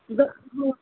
the हो